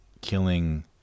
killing